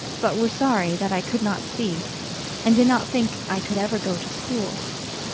but were sorry that i could not see and did not think i could ever go to school.